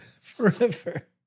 forever